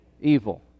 evil